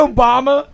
Obama